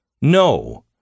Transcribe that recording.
no